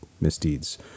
misdeeds